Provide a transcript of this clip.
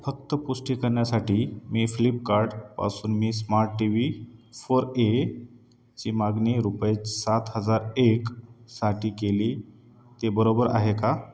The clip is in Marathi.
फक्त पुष्टी करण्यासाठी मी फ्लिपकार्टपासून मी स्माट टी वी फोर एची मागणी रुपये सात हजार एकसाठी केली ते बरोबर आहे का